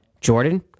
Jordan